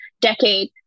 decade